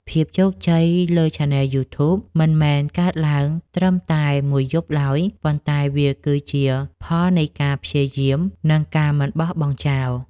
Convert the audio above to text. ភាពជោគជ័យលើឆានែលយូធូប មិនមែនកើតឡើងត្រឹមតែមួយយប់ឡើយ ប៉ុន្តែវាគឺជាផលនៃការព្យាយាម និងការមិនបោះបង់ចោល។